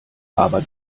aber